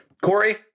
Corey